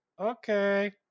okay